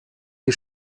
die